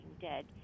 dead